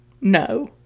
No